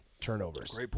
Turnovers